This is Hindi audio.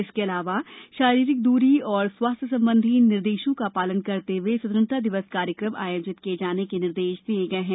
इसके अलावा शारीरिक दूरी और स्वास्थ्य संबंधी निर्देशों का पालन करते हुए स्वतंत्रता दिवस कार्यक्रम आयोजित किये जाने के निर्देश दिये गये हैं